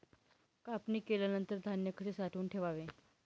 कापणी केल्यानंतर धान्य कसे साठवून ठेवावे?